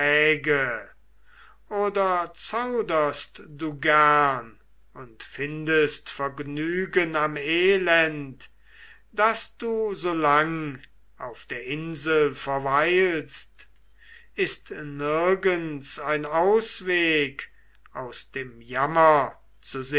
oder zauderst du gern und findest vergnügen am elend daß du so lang auf der insel verweilst ist nirgends ein ausweg aus dem jammer